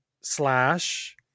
slash